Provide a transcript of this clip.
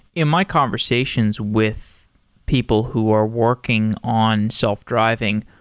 in my conversations with people who are working on self-driving,